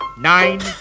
nine